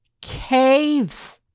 Caves